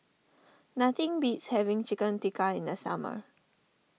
nothing beats having Chicken Tikka in the summer